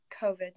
COVID